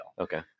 Okay